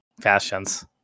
fashions